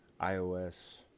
iOS